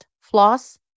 floss